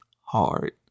hard